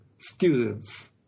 students